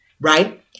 right